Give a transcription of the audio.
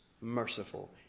merciful